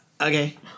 Okay